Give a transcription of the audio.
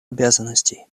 обязанностей